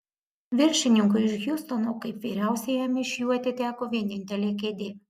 viršininkui iš hjustono kaip vyriausiajam iš jų atiteko vienintelė kėdė